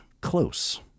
close